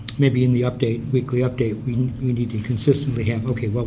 maybe in the update, weekly update we we need to consistently have, okay, what